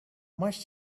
must